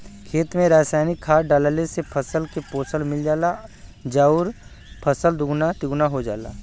खेत में रासायनिक खाद डालले से फसल के पोषण मिल जाला आउर फसल दुगुना तिगुना हो जाला